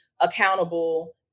accountable